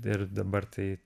ir dabar tai